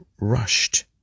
rushed